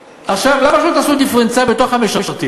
עכשיו, למה שלא תעשו דיפרנציאלי בתוך המשרתים?